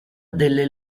delle